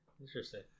Interesting